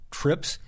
trips